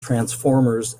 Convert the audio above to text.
transformers